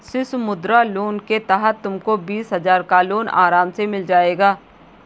शिशु मुद्रा लोन के तहत तुमको बीस हजार का लोन आराम से मिल जाएगा